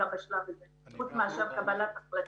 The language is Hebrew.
חוץ מאשר קבלת החלטה.